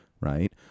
right